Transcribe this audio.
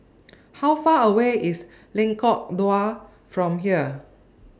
How Far away IS Lengkong Dua from here